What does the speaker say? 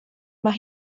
mae